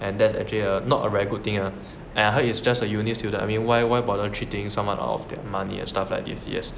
and that's actually err not a very good thing ah and he is just a uni student I mean why why bother cheating someone out of that money and stuff like yes